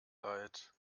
leid